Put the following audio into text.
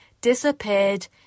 Disappeared